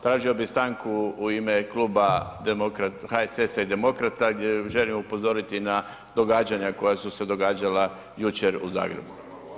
Tražio bi stanku u ime Kluba HSS-a i demokrata gdje želim upozoriti na događanja koja su se događala jučer u Zagrebu.